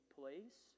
place